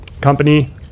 company